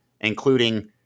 including